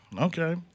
Okay